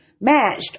Matched